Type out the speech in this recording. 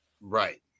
Right